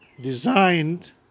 designed